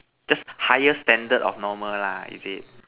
just higher standard of normal lah is it